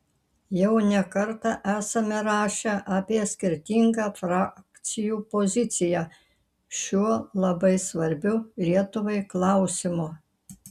jau ne kartą esame rašę apie skirtingą frakcijų poziciją šiuo labai svarbiu lietuvai klausimu